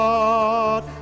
God